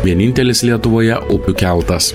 vienintelis lietuvoje upių kiautas